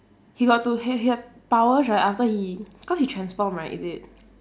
he got to he he have powers right after he cause he transform right is it